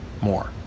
more